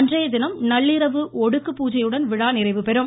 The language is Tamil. அன்றையதினம் நள்ளிரவு ஒடுக்கு பூஜையுடன் விழா நிறைவுபெறும்